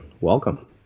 welcome